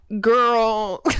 girl